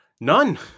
None